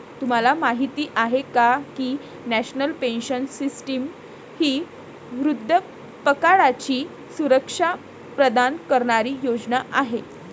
तुम्हाला माहिती आहे का की नॅशनल पेन्शन सिस्टीम ही वृद्धापकाळाची सुरक्षा प्रदान करणारी योजना आहे